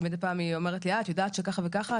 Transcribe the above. אז מדי פעם היא אומרת לי את יודעת שככה וככה.